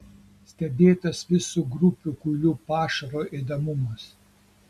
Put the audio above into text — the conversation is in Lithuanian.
stebėtas visų grupių kuilių pašaro ėdamumas